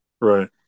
Right